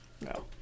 No